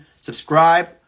subscribe